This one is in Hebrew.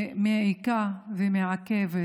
שמעיקה ומעכבת